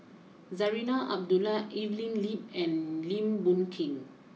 Zarinah Abdullah Evelyn Lip and Lim Boon Keng